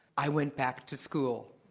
i went back to school.